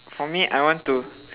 for me I want to